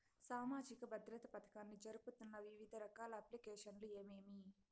సామాజిక భద్రత పథకాన్ని జరుపుతున్న వివిధ రకాల అప్లికేషన్లు ఏమేమి?